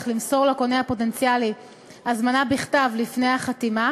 למסור לקונה הפוטנציאלי הזמנה בכתב לפני החתימה